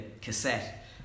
cassette